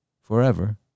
forever